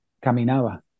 caminaba